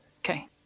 Okay